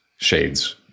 shades